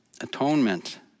atonement